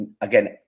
again